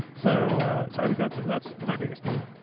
so so i think that's that's my biggest theme.